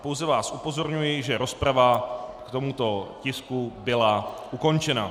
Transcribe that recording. Pouze vás upozorňuji, že rozprava k tomuto tisku byla ukončena.